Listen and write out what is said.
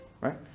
right